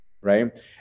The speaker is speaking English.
right